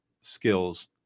skills